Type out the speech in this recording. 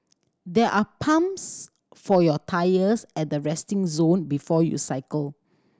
there are pumps for your tyres at the resting zone before you cycle